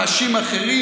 מאשים אחרים,